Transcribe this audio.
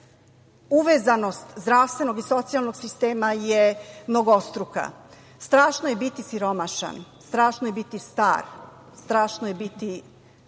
uvezanost zdravstvenog i socijalnog sistema je mnogostruka. Strašno je biti siromašan, strašno je biti star, strašno je biti